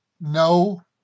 No